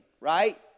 right